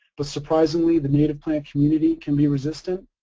but surprisingly the native plant community can be resistant.